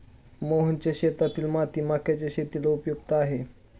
मोहनच्या शेतातील माती मक्याच्या शेतीला उपयुक्त आहे